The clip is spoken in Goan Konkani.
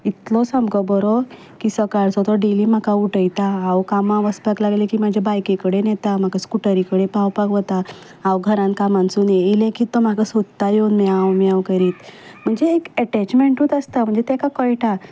इतलो सामको बरो की सकाळचो तो डेयली म्हाका उटयता हांव कामाक वचंक लागलें की म्हजे बायकीकडेन येता म्हाका स्कुटरी कडेन पावोवपाक वता हांव घरांत कांमांतसून येलें की तो म्हाका सोदता येवून म्यांव म्यांव करीत म्हणजे एक एटेचमेंटूच आसता म्हणजे तेका कळटा